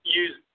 use